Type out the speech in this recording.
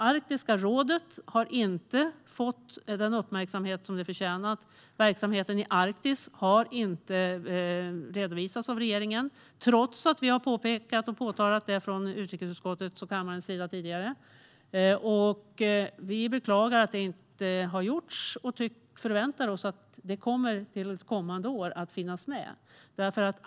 Arktiska rådet har inte fått den uppmärksamhet som det förtjänar. Verksamheten i Arktis har inte redovisats av regeringen, trots att vi i utrikesutskottet och kammaren har påtalat detta tidigare. Vi beklagar att det inte har gjorts och förväntar oss att det kommer att finnas med kommande år.